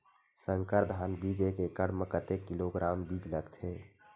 संकर धान बीज एक एकड़ म कतेक किलोग्राम बीज लगथे?